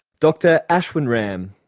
dr ashwin ram.